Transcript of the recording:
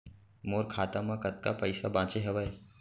मोर खाता मा कतका पइसा बांचे हवय?